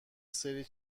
سری